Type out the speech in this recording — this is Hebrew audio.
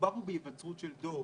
מדובר פה בהיווצרות של דור.